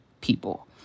people